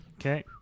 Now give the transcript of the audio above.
Okay